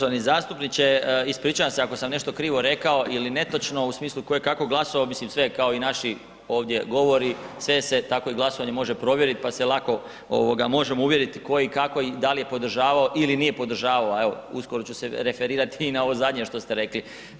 Uvaženi zastupniče, ispričavam se ako sam nešto krivo rekao ili netočno u smislu kojekako … mislim sve je kao i naši ovdje govori, sve se tkao i glasovanje može provjeriti pa se lako možemo uvjeriti ko i kako i da li je podržavao ili nije podržavao, a evo uskoro ću se referirati i na ovo zadnje što ste rekli.